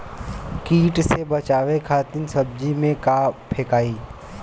कीट से बचावे खातिन सब्जी में का फेकाई?